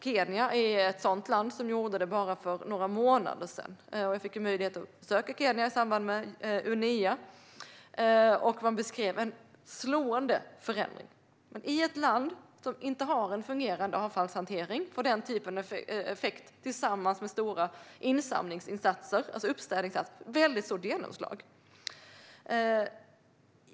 Kenya är ett land som gjorde det för bara några månader sedan. Jag hade möjlighet att besöka Kenya i samband med Unea. Man beskrev en slående förändring. I ett land som inte har en fungerande avfallshantering får den typen av effekt, tillsammans med stora insamlingsinsatser, ett mycket stort genomslag.